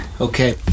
okay